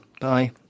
Bye